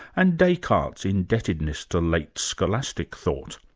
and descartes' indebtedness to late scholastic thought.